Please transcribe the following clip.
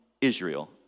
Israel